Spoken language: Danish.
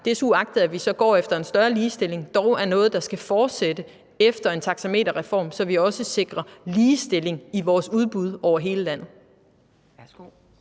desuagtet at vi går efter større ligestilling, er noget, der skal fortsætte efter en taxameterreform, så vi også sikrer ligestilling i vores udbud over hele landet.